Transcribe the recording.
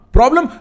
Problem